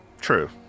True